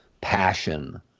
passion